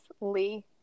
Lee